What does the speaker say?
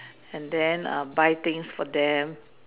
and then err buy things for them